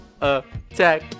Attack